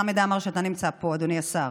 חמד עמאר, שאתה נמצא פה, אדוני השר.